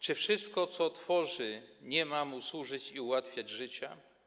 Czy wszystko, co tworzy, nie ma mu służyć i ułatwiać życia?